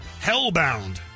Hellbound